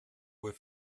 were